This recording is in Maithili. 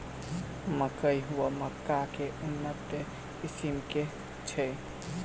मकई वा मक्का केँ उन्नत किसिम केँ छैय?